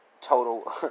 total